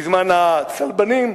בזמן הצלבנים,